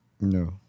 No